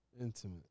Intimate